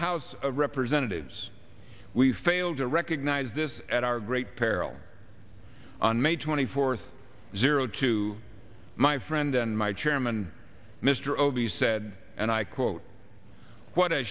house of representatives we failed to recognize this at our great peril on may twenty fourth zero two my friend and my chairman mr obie said and i quote what a